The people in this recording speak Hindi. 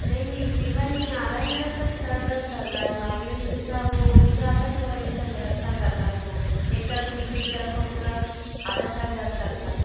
नहीं नहीं फ़ीवर नहीं आ रहा है मेरा बस सिर दर्द कर रहा है मैग्रेन जेसा वो हो नहीं रहा था थोड़ा वैसा दर्द सा कर रहा है बहुत एक तरफ़ पीछे की तरफ़ का पूरा आधा सिर दर्द कर रहा है